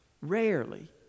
rarely